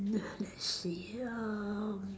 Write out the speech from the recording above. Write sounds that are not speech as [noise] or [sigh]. [noise] let's see um